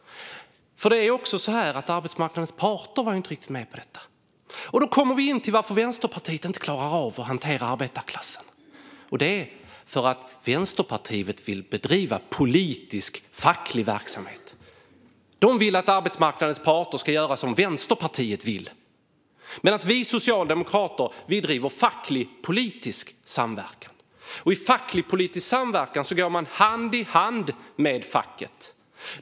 Arbetsmarknadens parter var inte riktigt med på detta. Då kommer vi till varför Vänsterpartiet inte klarar av att hantera arbetarklassen. Det är för att Vänsterpartiet vill bedriva politisk facklig verksamhet. Det vill att arbetsmarknadens parter ska göra som Vänsterpartiet vill. Vi socialdemokrater driver facklig-politisk samverkan. I facklig-politisk samverkan går man hand i hand med facket.